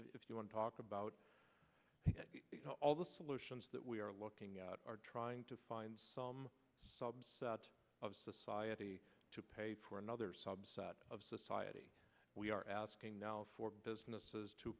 if you want to talk about all the solutions that we are looking at are trying to find out of society to pay for another subset of society we are asking now for businesses to